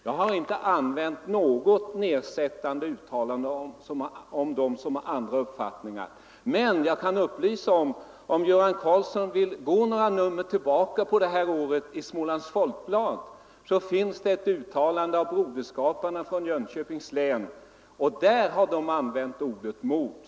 Jag har inte använt något nedsättande uttalande om dem som har andra uppfattningar än jag själv. Men jag kan upplysa om, att om Göran Karlsson vill gå några nummer tillbaka i Smålands Folkblad, så skall han där finna ett uttalande av broderskaparna i Jönköpings län, där de har använt ordet mord.